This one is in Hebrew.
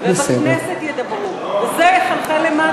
ובכנסת ידברו, וזה יחלחל למטה.